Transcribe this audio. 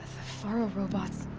faro robots.